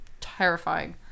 terrifying